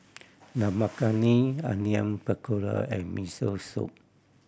Dal Makhani Onion Pakora and Miso Soup